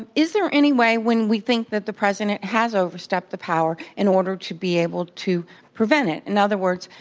is there any way, when we think that the president has o verstepped the power in order to be able to prevent it? in other words,